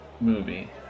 movie